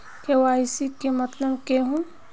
KYC के मतलब केहू?